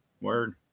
Word